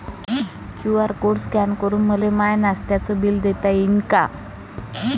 QR code scan करून मले माय नास्त्याच बिल देता येईन का?